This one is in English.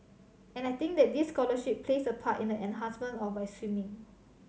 and I think that this scholarship plays a part in the enhancement of my swimming